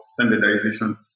standardization